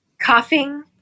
coughing